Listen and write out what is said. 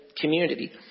community